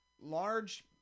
large